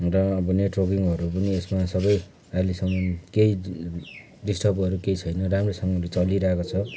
र अब नेटवर्किङहरू पनि यसमा सबै अहिलेसम्म केही डिस्टर्बहरू केही छैन राम्रोसँगले चलिरहेको छ